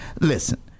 Listen